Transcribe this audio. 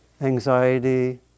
anxiety